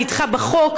אני איתך בחוק,